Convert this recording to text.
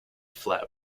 flat